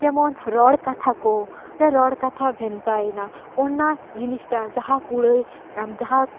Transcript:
ᱡᱮᱢᱚᱱ ᱨᱚᱲ ᱠᱟᱛᱷᱟ ᱠᱚ ᱨᱚᱲ ᱠᱟᱛᱷᱟ ᱵᱷᱮᱱᱛᱟᱭᱮᱱᱟ ᱚᱱᱟ ᱡᱤᱱᱤᱥᱴᱟ ᱡᱟᱦᱟᱸ ᱠᱩᱲᱟᱹᱭ ᱟᱢ ᱡᱟᱦᱟᱸ